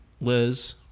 Liz